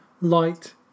light